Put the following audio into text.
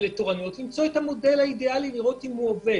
מנת למצוא את המודל האידיאלי ולראות אם הוא עובד.